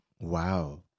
Wow